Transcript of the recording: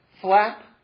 flap